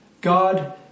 God